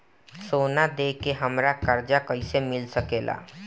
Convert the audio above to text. सोना दे के हमरा कर्जा कईसे मिल सकेला?